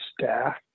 staff